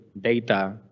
data